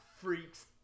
freaks